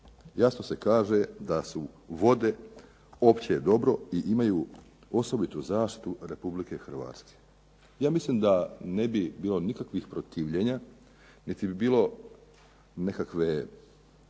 jasno se kaže da su vode opće dobro i imaju osobitu zaštitu RH. Ja mislim da ne bi bilo nikakvih protivljenja niti bi bilo nekakve